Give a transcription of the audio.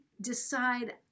decide